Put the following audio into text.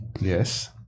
Yes